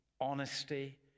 honesty